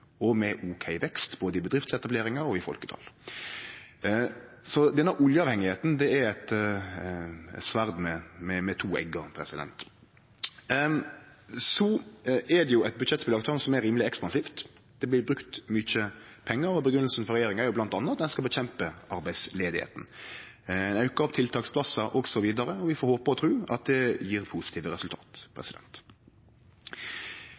og med ok vekst både i bedriftsetableringar og i folketal. Så denne oljeavhengigheita er eit sverd med to eggar. Det budsjettet som blir lagt fram, er rimeleg ekspansivt. Det blir brukt mykje pengar, og grunngjevinga frå regjeringa er bl.a. at ein skal motverke arbeidsløysa, auke tiltaksplassar osv., og vi får håpe og tru at det gjev positive resultat.